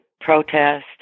protest